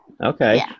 okay